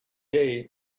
day